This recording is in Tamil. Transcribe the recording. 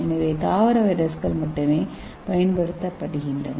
எனவே தாவர வைரஸ்கள் மட்டுமே பயன்படுத்தப்படுகின்றன